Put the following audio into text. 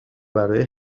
برای